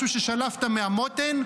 משהו ששלפת מהמותן,